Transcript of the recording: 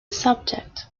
subject